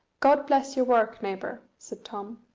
god bless your work, neighbour, said tom.